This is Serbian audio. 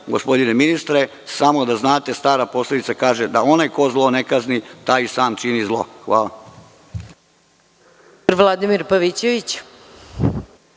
gospodine ministre, samo da znate stara poslovica kaže da onaj ko zlo ne kazni, taj sam čini zlo. Hvala.